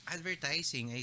Advertising